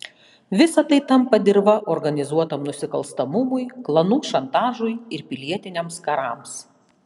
visa tai tampa dirva organizuotam nusikalstamumui klanų šantažui ir pilietiniams karams